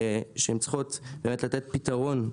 שהן צריכות באמת לתת פיתרון,